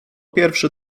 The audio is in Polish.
pierwszy